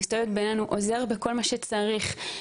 עוזרת בכל מה שצריך,